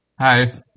Hi